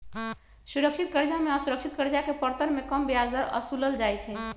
सुरक्षित करजा में असुरक्षित करजा के परतर में कम ब्याज दर असुलल जाइ छइ